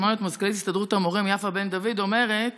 שמענו את מזכ"לית הסתדרות המורים יפה בן דוד אומרת